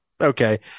okay